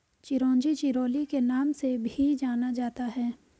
चिरोंजी चिरोली के नाम से भी जाना जाता है